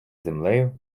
землею